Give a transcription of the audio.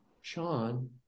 Sean